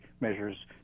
measures